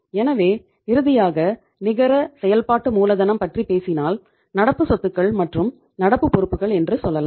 எனவே இறுதியாக நிகர செயல்பாட்டு மூலதனம் பற்றி பேசினால் நடப்பு சொத்துக்கள் மற்றும் நடப்பு பொறுப்புகள் என்று சொல்லலாம்